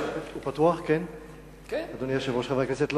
חברי הכנסת,